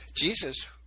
Jesus